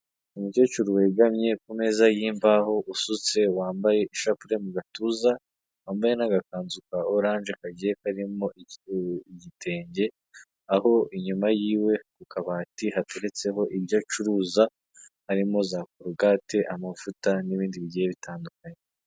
Umukecuru wegamye kumeza y'imbaho, usutse, wambaye ishapure mu gatuza, wambaye n'agakanzu ka oranje kagiye karimo igitenge, aho inyuma yiwe ku kabati hateretseho ibyo acuruza, harimo za korogate, amavuta n'ibindi bigiye bitandukanye.